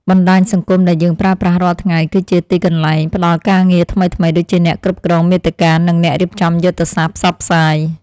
បណ្តាញសង្គមដែលយើងប្រើប្រាស់រាល់ថ្ងៃ គឺជាទីកន្លែងផ្តល់ការងារថ្មីៗដូចជាអ្នកគ្រប់គ្រងមាតិកានិងអ្នករៀបចំយុទ្ធសាស្ត្រផ្សព្វផ្សាយ។